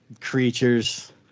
creatures